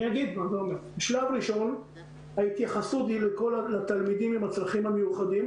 אני אגיד: בשלב הראשון ההתייחסות היא לתלמידים עם הצרכים המיוחדים.